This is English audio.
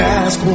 ask